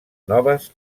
noves